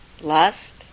lust